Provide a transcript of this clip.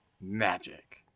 magic